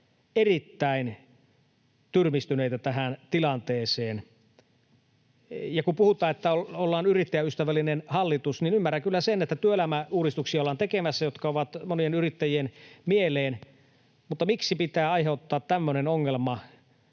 erittäin tyrmistyneitä tästä tilanteesta. Ja kun puhutaan, että ollaan yrittäjäystävällinen hallitus, niin ymmärrän kyllä sen, että työelämäuudistuksia ollaan tekemässä, jotka ovat monien yrittäjien mieleen, mutta miksi pitää aiheuttaa tämmöinen 160